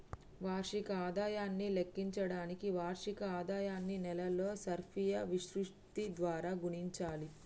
వార్షిక ఆదాయాన్ని లెక్కించడానికి వార్షిక ఆదాయాన్ని నెలల సర్ఫియా విశృప్తి ద్వారా గుణించాలి